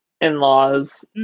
in-laws